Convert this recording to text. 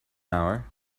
hour